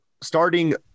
starting